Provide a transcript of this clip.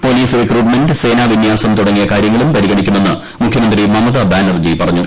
police recruitment സേനാവിന്യാസം തുടങ്ങിയ കാര്യങ്ങളും പരിഗണിക്കുമെന്ന് മുഖ്യമന്ത്രി ബാനർജി പറഞ്ഞു